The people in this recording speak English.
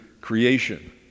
creation